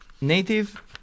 native